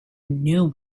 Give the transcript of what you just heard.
new